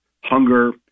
hunger